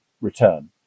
return